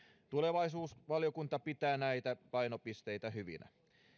tulevaisuusvaliokunta pitää näitä painopisteitä hyvinä